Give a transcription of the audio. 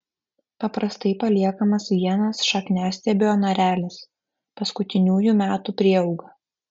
paprastai paliekamas vienas šakniastiebio narelis paskutiniųjų metų prieauga